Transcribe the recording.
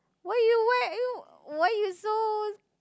why you why you why you so